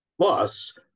Plus